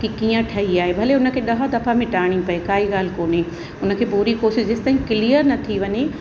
के कि कीअं ठहीं आहे भले हुनखे ॾह दफ़ा मिटाइणी पिए काई ॻाल्हि कोने उन खे पूरी कोशिश जेसीं ताईं क्लियर न थी वञे